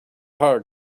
heart